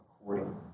according